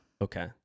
Okay